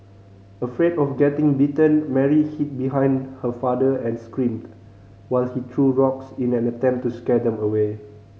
afraid of getting bitten Mary hid behind her father and screamed while he threw rocks in an attempt to scare them away